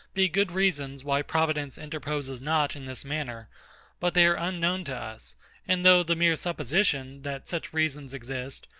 be good reasons why providence interposes not in this manner but they are unknown to us and though the mere supposition, that such reasons exist,